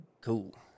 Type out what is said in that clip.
Cool